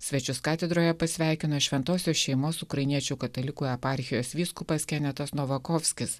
svečius katedroje pasveikino šventosios šeimos ukrainiečių katalikų eparchijos vyskupas kenetas novakovskis